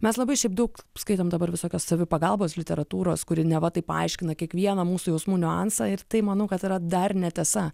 mes labai šiaip daug skaitom dabar visokios savipagalbos literatūros kuri neva tai paaiškina kiekvieną mūsų jausmų niuansą ir tai manau kad yra dar ne tiesa